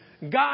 God